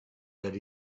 that